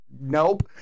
nope